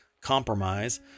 compromise